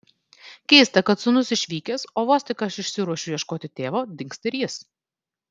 keista kad sūnus išvykęs o vos tik aš išsiruošiu ieškoti tėvo dingsta ir jis